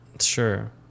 Sure